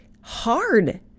hard